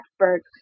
experts